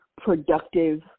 productive